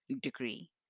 degree